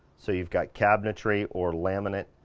so you've got cabinetry or laminate